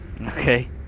Okay